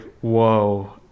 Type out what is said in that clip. whoa